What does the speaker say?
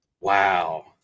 Wow